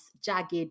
jagged